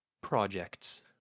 projects